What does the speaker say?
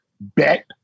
bet